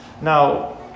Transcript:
Now